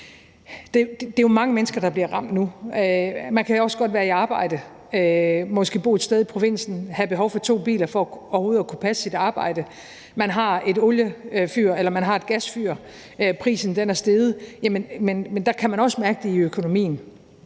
Det er jo mange mennesker, der bliver ramt nu. Man kan også godt være i arbejde og måske bo et sted i provinsen og have behov for to biler for overhovedet at kunne passe sit arbejde, eller man har et oliefyr eller et gasfyr, og prisen er steget. Der kan man også mærke det i økonomien.